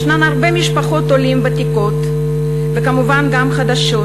ישנן הרבה משפחות עולים ותיקות, וכמובן גם חדשות,